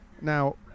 Now